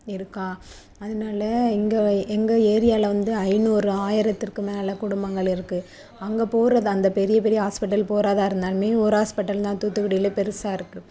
இருக்கா அதனால இங்கே எங்கள் ஏரியாவில் வந்து ஐநூறு ஆயிரத்திற்கு மேலே குடும்பங்கள் இருக்குது அங்கே போவது அந்த பெரிய பெரிய ஹாஸ்பிட்டல் போகிறதா இருந்தாலுமே ஒரு ஹாஸ்பிட்டல் தான் தூத்துக்குடியில் பெருசாக இருக்குது